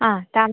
ആ താൻ